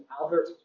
Albert